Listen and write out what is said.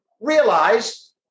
realize